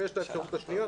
ויש את האפשרות השנייה.